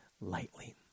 lightly